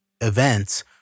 events